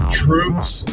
truths